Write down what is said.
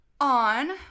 on